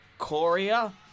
Korea